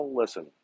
listen